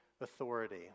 authority